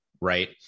right